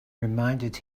reminded